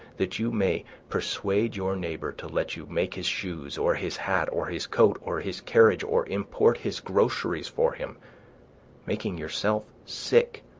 that you may persuade your neighbor to let you make his shoes, or his hat, or his coat, or his carriage, or import his groceries for him making yourselves sick,